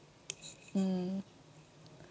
mm